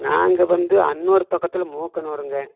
நாங்கள் வந்து அன்னூர் பக்கத்தில் மூக்கனூருங்க